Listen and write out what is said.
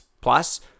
plus